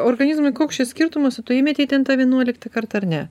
organizmui koks skirtumas o tu įmetei ten tą vienuoliktą kartą ar ne